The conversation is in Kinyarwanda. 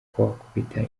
kubakubita